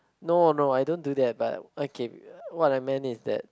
no no I don't do that but okay what I meant is that